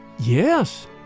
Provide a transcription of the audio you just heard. Yes